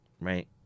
right